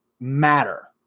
matter